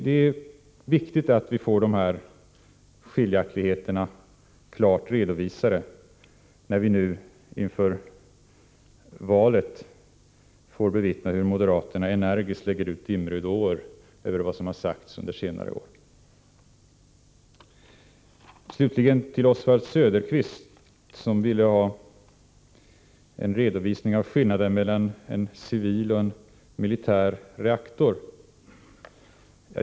Det är viktigt att vi får de här skiljaktigheterna klart redovisade när vi nu inför valet får bevittna hur moderaterna energiskt lägger ut dimridåer över vad som sagts under senare år. Slutligen till Oswald Söderqvist! Han ville ha en redovisning av skillnaden mellan en civil och en militär reaktor.